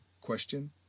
Question